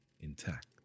intact